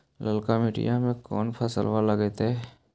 ललका मट्टी में कोन फ़सल लगतै?